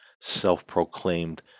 Self-proclaimed